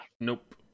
Nope